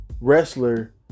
wrestler